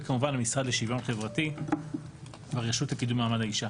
וכמובן המשרד לשוויון חברתי והרשות לקידום מעמד האישה.